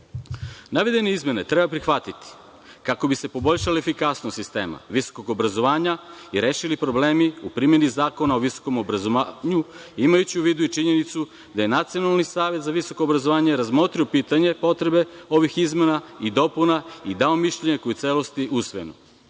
godinu. Navedene izmene treba prihvatiti kako bi se poboljšala efikasnost sistema visokog obrazovanja i rešili problemi u primeni Zakona o visokom obrazovanju imajući u vidu i činjenicu da je Nacionalni savet za visoko obrazovanje razmotrio pitanje potrebe ovih izmena i dopuna i dao mišljenje koje u celosti je usvojeno.